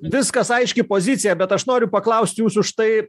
viskas aiški pozicija bet aš noriu paklaust jūsų štai